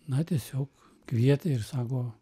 na tiesiog kvietė ir sako